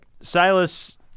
Silas